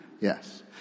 Yes